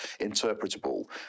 interpretable